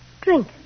Drink